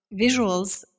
visuals